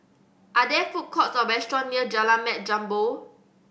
are there food courts or restaurants near Jalan Mat Jambol